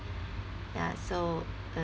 ya so mm